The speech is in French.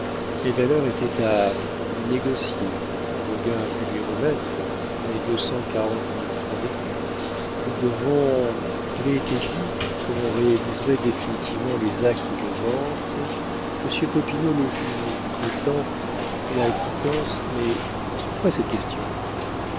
mes valeurs étaient à négocier roguin a pu lui remettre mes deux cent quarante mille francs d'écus nous devons il a été dit qu'on réaliserait définitivement les actes de vente monsieur popinot le juge prétend la quittance mais pourquoi cette question